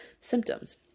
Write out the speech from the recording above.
symptoms